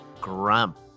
Grump